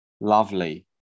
lovely